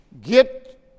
Get